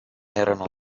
erano